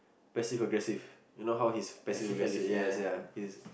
passive aggressive you know how he is passive aggressive ya ya he's